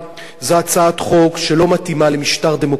זו הצעת חוק שלא מתאימה למשטר דמוקרטי.